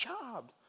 job